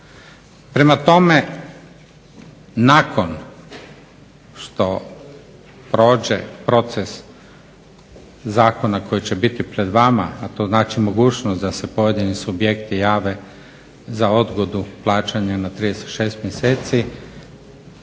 Prema tome, nakon što prođe proces zakona koji će biti pred vama, a to znači mogućnost da se pojedini subjekti jave za odgodu plaćanja na 36 mjeseci